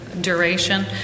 duration